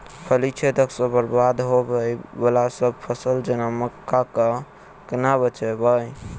फली छेदक सँ बरबाद होबय वलासभ फसल जेना मक्का कऽ केना बचयब?